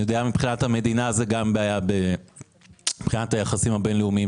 אני יודע שזו גם בעיה מבחינת היחסים הבינלאומיים